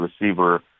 receiver